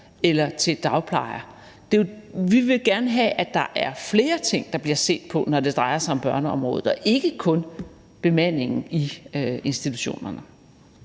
eller til dagplejere. Vi vil gerne have, at der er flere ting, der bliver set på, når det drejer sig om børneområdet, og ikke kun bemandingen i institutionerne.